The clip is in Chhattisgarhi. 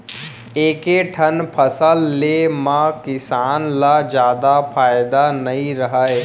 एके ठन फसल ले म किसान ल जादा फायदा नइ रहय